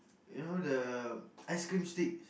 you know the ice cream sticks